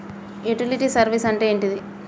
Utility service అంటే ఏంటిది?